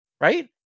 Right